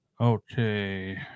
Okay